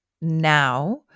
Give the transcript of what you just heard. now